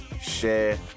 share